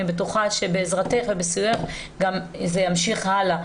אני בטוחה שבעזרתך, ובסיועך גם זה ימשיך הלאה.